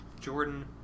Jordan